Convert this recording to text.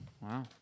Wow